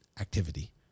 activity